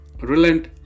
Relent